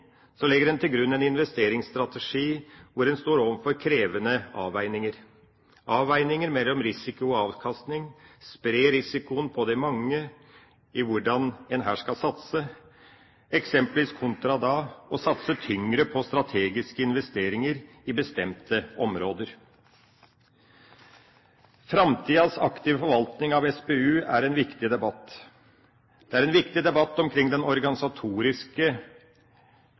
legger en til grunn en investeringsstrategi hvor en står overfor krevende avveininger med hensyn til hvordan en her skal satse, avveininger mellom risiko og avkastning, eksempelvis å spre risikoen på de mange kontra å satse tyngre på strategiske investeringer i bestemte områder. Framtidas aktive forvaltning av SPU er en viktig debatt. Det er en viktig debatt om den organisatoriske